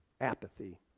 Apathy